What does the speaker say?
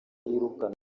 yirukana